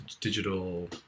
digital